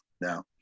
now